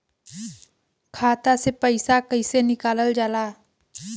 खाता से पैसा कइसे निकालल जाला?